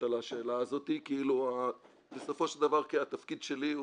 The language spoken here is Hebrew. על השאלה הזאת כי בסופו של דבר התפקיד שלי,